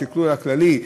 בשקלול הכללי,